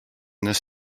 this